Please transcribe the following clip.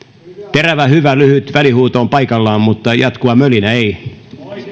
terävä hyvä lyhyt välihuuto on paikallaan mutta jatkuva mölinä ei